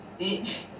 bitch